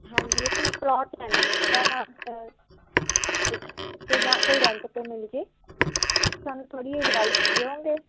ਹਾਂਜੀ ਅਸੀਂ ਪਲੋਟ ਲੈਣਾ ਸੀਗਾ ਅਤੇ ਜਾਂ ਕੋਈ ਰੈਂਟ 'ਤੇ ਮਿਲਜੇ ਸਾਨੂੰ ਥੋੜ੍ਹੀ ਐਡਵਾਈਸ ਦਿਓਂਗੇ